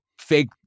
fake